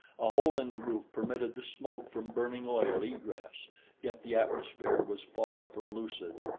a hole in the roof permitted the smoke from burning oil egress yet the atmosphere was far from lucid.